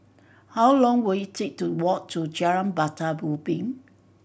how long will it take to walk to Jalan Batu Ubin